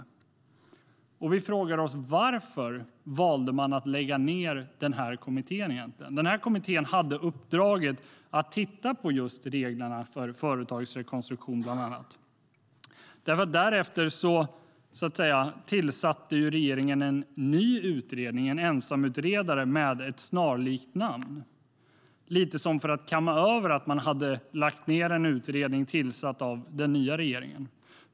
Vi frågar oss: Varför valde man att lägga ned den kommittén? Den kommittén hade uppdraget att titta just på reglerna för företagsrekonstruktion, bland annat. Därefter tillsatte regeringen en ny utredning, en ensamutredare, med ett snarlikt namn, lite som för att kamma över att man hade lagt ned en utredning tillsatt av den tidigare regeringen.